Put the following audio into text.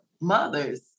mothers